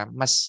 mas